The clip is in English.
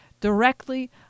directly